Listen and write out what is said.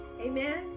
amen